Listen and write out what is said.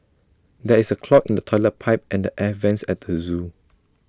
there is A clog in the Toilet Pipe and the air Vents at the Zoo